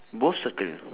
both circle